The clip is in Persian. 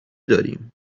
داریم